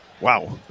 Wow